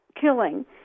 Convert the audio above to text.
killing